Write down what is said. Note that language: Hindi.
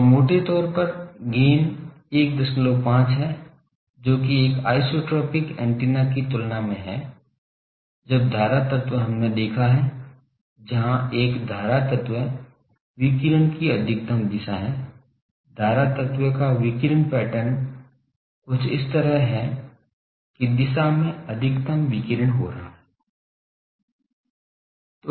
तो मोटे तौर पर गैन 15 है जो कि एक आइसोट्रोपिक एंटीना की तुलना में है जब धारा तत्व हमने देखा है जहां एक धारा तत्व विकिरण की अधिकतम दिशा है धारा तत्व का विकिरण पैटर्न कुछ इस तरह है कि दिशा में अधिकतम विकिरण हो रहा है